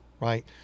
right